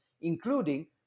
including